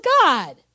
God